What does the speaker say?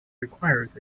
requires